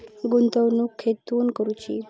गुंतवणुक खेतुर करूची?